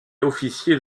officier